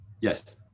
Yes